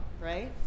right